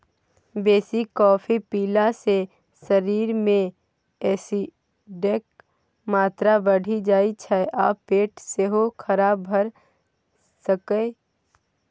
बेसी कॉफी पीला सँ शरीर मे एसिडक मात्रा बढ़ि जाइ छै आ पेट सेहो खराब भ सकैए